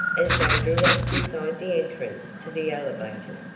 as they drew up beside the entrance to the elevated.